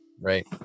Right